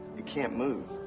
it can't move.